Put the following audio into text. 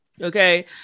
Okay